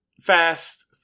fast